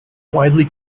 widely